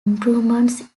improvements